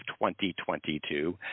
2022